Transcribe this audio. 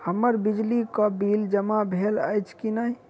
हम्मर बिजली कऽ बिल जमा भेल अछि की नहि?